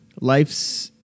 life's